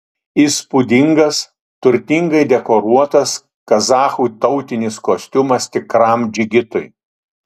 įspūdingas turtingai dekoruotas kazachų tautinis kostiumas tikram džigitui